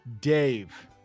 dave